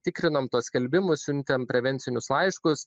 tikrinom tuos skelbimus siuntėm prevencinius laiškus